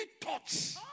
touch